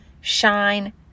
shine